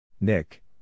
Nick